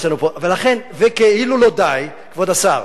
יש לנו פה, וכאילו לא די, כבוד השר,